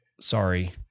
Sorry